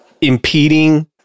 impeding